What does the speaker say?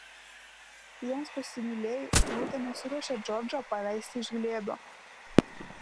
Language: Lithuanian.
jiems pasimylėjus rūta nesiruošė džordžo paleisti iš glėbio